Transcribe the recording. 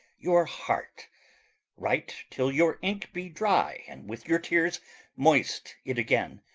your heart write till your ink be dry, and with your tears moist it again,